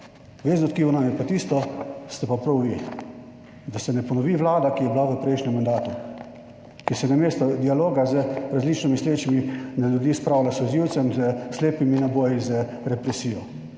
Vezno tkivo ste nam pa prav vi, da se ne ponovi vlada, ki je bila v prejšnjem mandatu, ki se namesto dialoga z različno mislečimi, na ljudi spravlja s solzivcem, s slepimi naboji, z represijo.